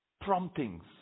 promptings